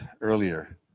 earlier